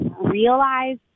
realize